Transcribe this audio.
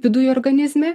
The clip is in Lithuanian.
viduj organizme